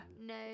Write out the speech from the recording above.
No